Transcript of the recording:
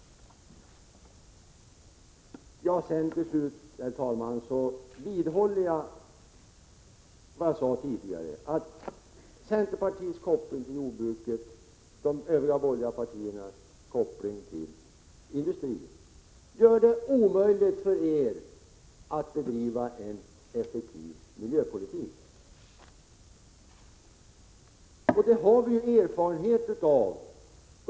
Herr talman! Till slut vidhåller jag vad jag sade tidigare: Centerpartiets koppling till jordbruket och de övriga borgerliga partiernas koppling till industrin gör det omöjligt för er att bedriva en effektiv miljöpolitik. Det har — Prot. 1986/87:122 vi erfarenhet av.